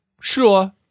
Sure